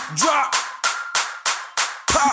drop